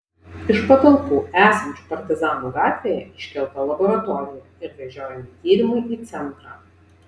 iš patalpų esančių partizanų gatvėje iškelta laboratorija ir vežiojami tyrimai į centrą